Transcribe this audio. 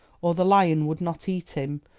or the lion would not eat him,